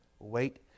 Wait